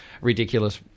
ridiculous